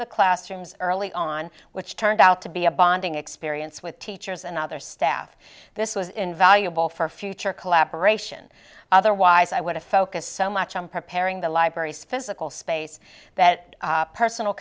the classrooms early on which turned out to be a bonding experience with teachers and other staff this was invaluable for future collaboration otherwise i would have focused so much on preparing the libraries physical space that personal